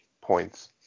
points